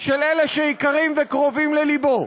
של אלה שיקרים וקרובים ללבו: